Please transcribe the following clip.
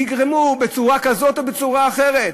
יגרמו, בצורה כזאת או בצורה אחרת,